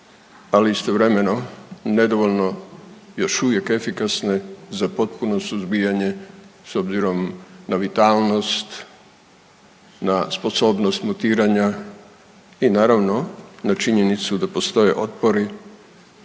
ali istovremeno nedovoljno još uvijek efikasne za potpuno suzbijanje s obzirom na vitalnost, na sposobnost mutiranja i naravno na činjenicu da postoje otpori